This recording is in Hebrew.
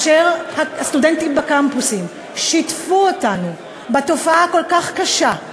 וסטודנטים בקמפוסים שיתפו אותנו בתופעה הכל-כך קשה,